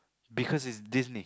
because it's Disney